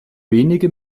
wenige